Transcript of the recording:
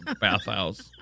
bathhouse